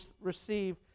receive